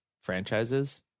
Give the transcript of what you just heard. franchises